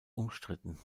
umstritten